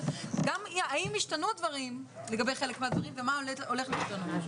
האם השתנו הדברים לגבי חלק מהדברים ומה הולך להשתנות?